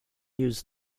use